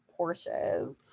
Porsches